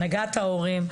הנהגת ההורים.